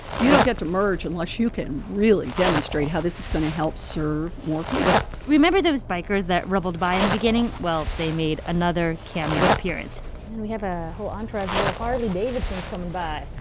you don't get to merge unless you can really demonstrate how this is going to help serve more people remember those bikers that rumbled by in the beginning. well, they made another cameo appearance and we have a whole entourage of little harley davidsons coming by.